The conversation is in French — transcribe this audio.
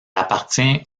appartient